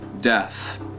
death